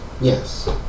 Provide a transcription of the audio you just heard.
Yes